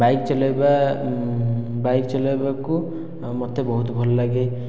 bike ଚଲେଇବା bike ଚଳେଇବାକୁ ମୋତେ ବହୁତ ଭଲ ଲାଗେ